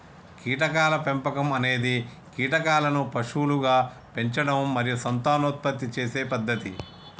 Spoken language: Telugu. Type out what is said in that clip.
కీటకాల పెంపకం అనేది కీటకాలను పశువులుగా పెంచడం మరియు సంతానోత్పత్తి చేసే పద్ధతి